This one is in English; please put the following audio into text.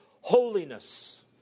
holiness